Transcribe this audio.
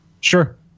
sure